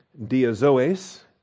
diazoes